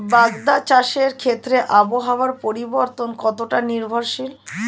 বাগদা চাষের ক্ষেত্রে আবহাওয়ার পরিবর্তন কতটা নির্ভরশীল?